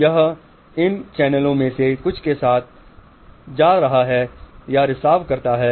यह इन चैनलों में से कुछ के साथ हो रहा रिसाव है